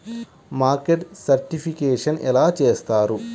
Market certification ఎలా చేస్తారు?